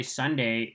sunday